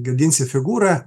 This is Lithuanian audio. gadinsi figūrą